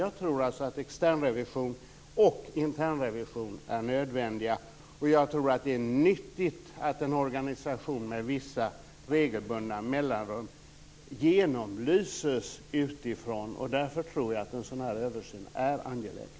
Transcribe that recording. Jag tror alltså att externrevision och internrevision är nödvändiga och att det är nyttigt att en organisation med regelbundna mellanrum genomlyses utifrån. Därför är det angeläget med en översyn.